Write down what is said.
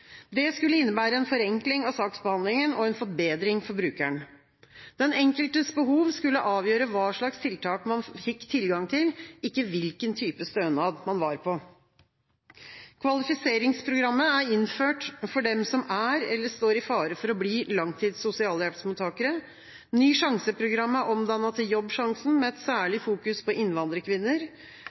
Det skulle innebære en forenkling av saksbehandlinga og en forbedring for brukeren. Den enkeltes behov skulle avgjøre hva slags tiltak man fikk tilgang til, ikke hvilken type stønad man var på. Kvalifiseringsprogrammet er innført for dem som er, eller står i fare for å bli, langtidssosialhjelpsmottakere. Ny sjanse-programmet er omdannet til Jobbsjansen, med et særlig fokus på innvandrerkvinner.